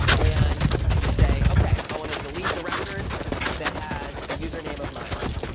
and you say, ok, i want to delete the record that has a username of milo.